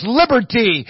liberty